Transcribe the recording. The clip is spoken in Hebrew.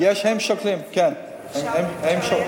יש שקיפות בדברים שהם מציעים?